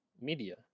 media